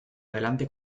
adelante